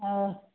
आं